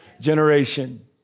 generation